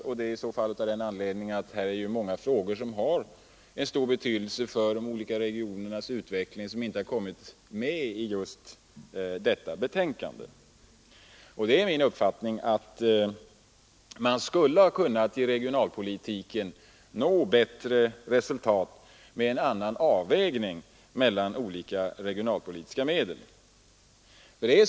Det beror i så fall på att det är många frågor av stor betydelse för de olika regionernas utveckling som inte har kommit med i detta betänkande. Det är min uppfattning att man skulle ha kunnat nå bättre resultat i regionalpoliti ken med en annan avvägning mellan olika regionalpolitiska medel.